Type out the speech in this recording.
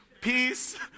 Peace